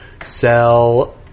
sell